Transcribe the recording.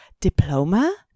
diploma